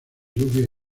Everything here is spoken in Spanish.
lluvias